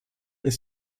ist